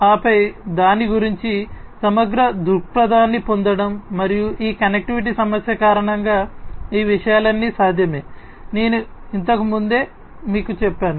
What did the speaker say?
ఆపై దాని గురించి సమగ్ర దృక్పథాన్ని పొందడం మరియు ఈ కనెక్టివిటీ సమస్య కారణంగా ఈ విషయాలన్నీ సాధ్యమే నేను ఇంతకు ముందే మీకు చెప్పాను